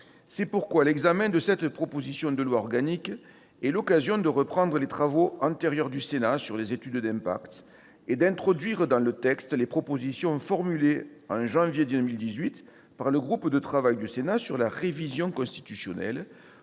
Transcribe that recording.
C'est pourquoi l'examen de cette proposition de loi organique est l'occasion de reprendre les travaux antérieurs du Sénat sur les études d'impact et d'introduire dans le texte les propositions formulées en janvier 2018 par le groupe de travail du Sénat sur la révision constitutionnelle,